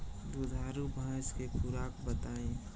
दुधारू भैंस के खुराक बताई?